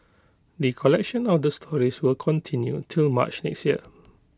the collection of the stories will continue till March next year